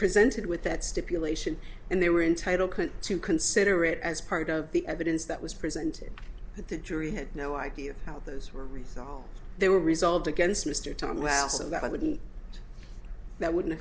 presented with that stipulation and they were entitled to consider it as part of the evidence that was presented that the jury had no idea how those were resolved they were resolved against mr tom well so that i wouldn't that wouldn't